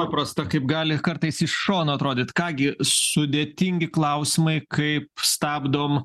paprasta kaip gali kartais iš šono atrodyt ką gi sudėtingi klausimai kaip stabdom